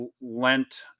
lent